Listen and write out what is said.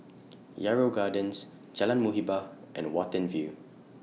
Yarrow Gardens Jalan Muhibbah and Watten View